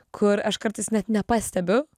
kur aš kartais net nepastebiu